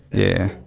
yeah,